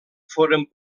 foren